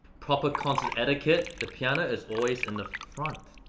proper concert etiquette. the piano is always in the front.